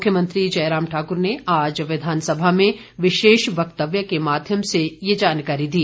मुख्यमंत्री जयराम ठाकुर ने आज विधानसभा में विशेष व्यक्तव्य के माध्यम से यह जानकारी दी